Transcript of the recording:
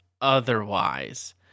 otherwise